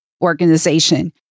organization